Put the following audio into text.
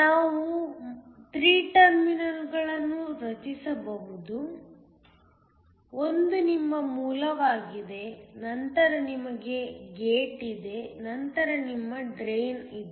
ನಾವು 3 ಟರ್ಮಿನಲ್ಗಳನ್ನು ರಚಿಸಬಹುದು ಒಂದು ನಿಮ್ಮ ಮೂಲವಾಗಿದೆ ನಂತರ ನಿಮಗೆ ಗೇಟ್ ಇದೆ ನಂತರ ನಿಮ್ಮ ಡ್ರೈನ್ ಇದೆ